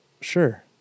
Sure